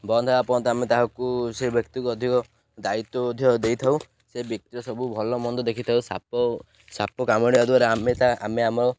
ବନ୍ଦ ହେବା ପର୍ଯ୍ୟନ୍ତ ଆମେ ତାହାକୁ ସେ ବ୍ୟକ୍ତିକୁ ଅଧିକ ଦାୟିତ୍ୱ ଦେଇଥାଉ ସେ ବ୍ୟକ୍ତିର ସବୁ ଭଲ ମନ୍ଦ ଦେଖିଥାଉ ସାପ ସାପ କାମୁଡ଼ିବା ଦ୍ୱାରା ଆମେ ତା ଆମେ ଆମର